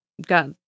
got